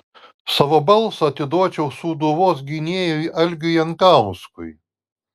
savo balsą atiduočiau sūduvos gynėjui algiui jankauskui